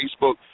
Facebook